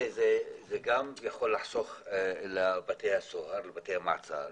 גם זה יכול לחסוך לבתי הסוהר ולבתי המעצר.